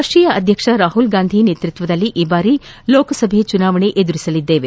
ರಾಷ್ಷೀಯ ಅಧ್ಯಕ್ಷ ರಾಹುಲ್ ಗಾಂದಿ ನೇತೃತ್ವದಲ್ಲಿ ಈ ಬಾರಿ ಲೋಕಸಭಾ ಚುನಾವಣೆ ಎದುರಿಸಲಿದ್ದೇವೆ